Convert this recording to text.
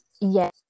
Yes